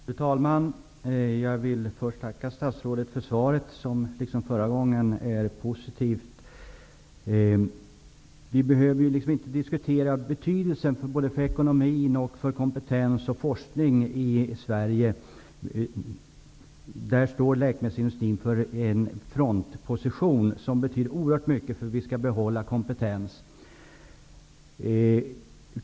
Fru talman! Jag vill först tacka statsrådet för svaret. Det är liksom förra gången positivt. Vi behöver inte diskutera frågans betydelse för ekonomi, kompetens och forskning i Sverige. Läkemedelsindustrin har en frontposition, och den betyder oerhört mycket för att vi skall kunna behålla kompetens.